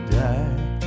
die